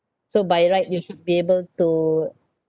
so by right you should be able to